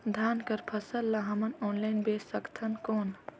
धान कर फसल ल हमन ऑनलाइन बेच सकथन कौन?